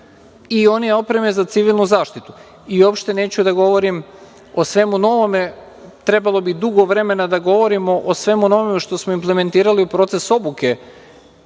i one opreme za civilnu zaštitu. Uopšte neću da govorim o svemu novome. Trebalo bi dugo vremena da govorimo o svemu novom što smo implementirali u proces obuke